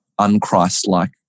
unchristlike